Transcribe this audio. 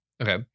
Okay